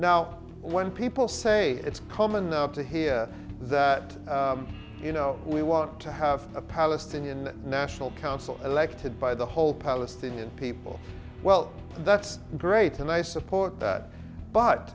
people say it's common up to here that you know we want to have a palestinian national council elected by the whole palestinian people well that's great and i support that but